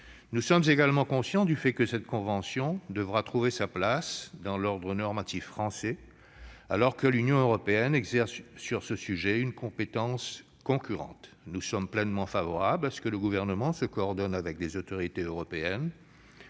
Nous sommes également conscients que cette convention devra trouver sa place dans l'ordre normatif français, alors que l'Union européenne exerce sur ce sujet une compétence concurrente à la nôtre. Nous sommes pleinement favorables à ce que le Gouvernement se coordonne avec les autorités européennes,